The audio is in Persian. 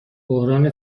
بحران